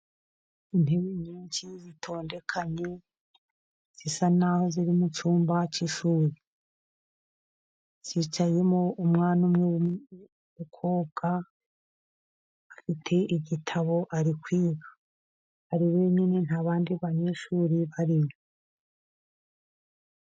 Intebe nyinshi zitondekanye zisa naho ziri mu cyumba cy'ishuri, zicayemo umwana umwe w'umukobwa afite igitabo ari kwiga, ari wenyine ntabandi banyeshuri barimo.